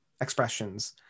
expressions